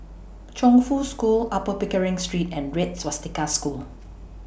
Chongfu School Upper Pickering Street and Red Swastika School